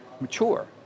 mature